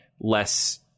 less